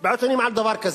על דבר כזה.